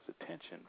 attention